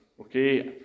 okay